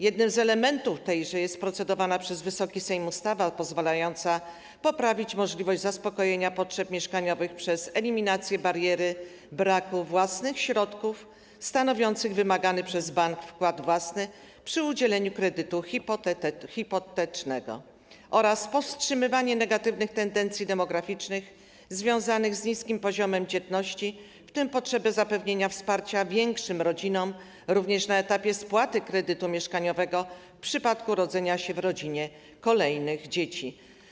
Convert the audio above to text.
Jednym z jej elementów jest procedowana przez Wysoki Sejm ustawa pozwalająca poprawić możliwość zaspokojenia potrzeb mieszkaniowych przez eliminację bariery braku własnych środków stanowiących wymagany przez bank wkład własny przy udzieleniu kredytu hipotecznego oraz powstrzymywanie negatywnych tendencji demograficznych związanych z niskim poziomem dzietności, w tym chodzi o potrzebę zapewnienia wsparcia większym rodzinom również na etapie spłaty kredytu mieszkaniowego w przypadku urodzenia się w rodzinie kolejnych dzieci.